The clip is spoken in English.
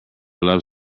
love